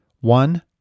One